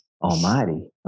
Almighty